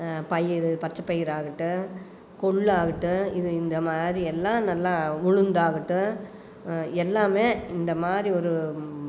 பயிறு பச்சை பயிராகட்டும் கொள்ளுகட்டும் இது இந்தமாதிரியெல்லாம் நல்லா உளுந்தாகட்டும் எல்லாம் இந்தமாதிரி ஒரு